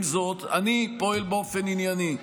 עם זאת, אני פועל באופן ענייני,